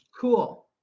cool